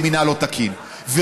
למינהל לא תקין.